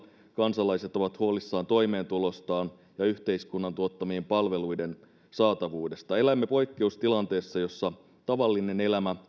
kansalaiset ovat huolissaan toimeentulostaan ja yhteiskunnan tuottamien palveluiden saatavuudesta elämme poikkeustilanteessa jossa tavallinen elämä